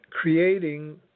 creating